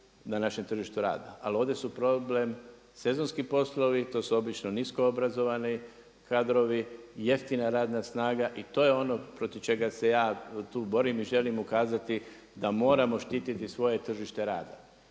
na našem tržištu rada, ali ovdje su problem sezonski poslovi, to su obično nisko obrazovani kadrovi, jeftina radna snaga i to je ono protiv čega se ja tu borim i želim ukazati da moramo štiti svoje tržište rada,